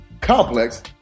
complex